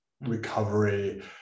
recovery